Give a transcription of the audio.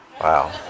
Wow